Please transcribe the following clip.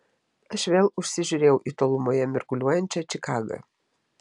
aš vėl užsižiūrėjau į tolumoje mirguliuojančią čikagą